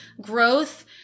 growth